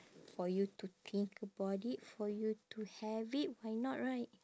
for you to think about it for you to have it why not right